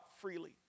freely